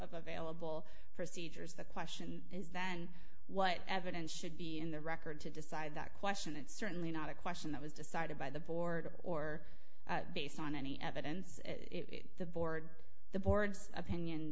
of available procedures the question is then what evidence should be in the record to decide that question it's certainly not a question that was decided by the board or based on any evidence it the board the board's opinion